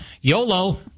YOLO